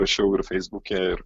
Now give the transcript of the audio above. rašiau ir feisbuke ir